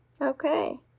Okay